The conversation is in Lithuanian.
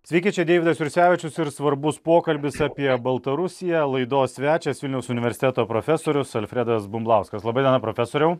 sveiki čia deividas jursevičius ir svarbus pokalbis apie baltarusiją laidos svečias vilniaus universiteto profesorius alfredas bumblauskas laba diena profesoriau